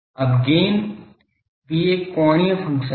अब गैन भी एक कोणीय फंक्शन है